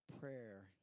prayer